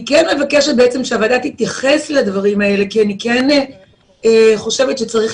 אני כן מבקשת שהוועדה תתייחס לדברים האלה כי אני חושבת שצריך